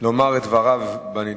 לומר את דבריו בנדון.